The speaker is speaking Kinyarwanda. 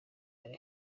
ari